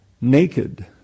Naked